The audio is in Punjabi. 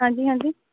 ਹਾਂਜੀ ਹਾਂਜੀ